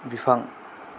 बिफां